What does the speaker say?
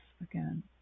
again